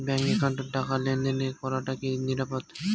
Bank একাউন্টত টাকা লেনদেন করাটা কি নিরাপদ?